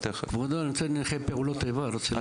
כבודו, נציג נכי פעולות איבה, רוצה לדבר.